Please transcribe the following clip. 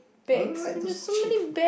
I don't like those cheap